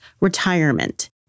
retirement